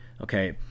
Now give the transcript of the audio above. okay